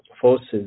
forces